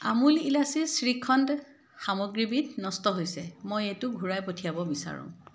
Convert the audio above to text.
আমুল ইলাচি শ্ৰীখণ্ড সামগ্ৰীবিধ নষ্ট হৈছে মই এইটো ঘূৰাই পঠিয়াব বিচাৰোঁ